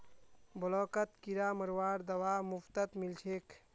ब्लॉकत किरा मरवार दवा मुफ्तत मिल छेक